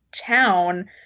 town